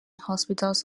hospitals